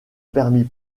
permis